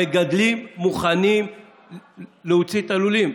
המגדלים מוכנים להוציא את הלולים.